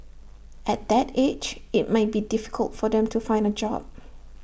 at that age IT might be difficult for them to find A job